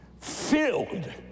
filled